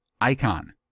icon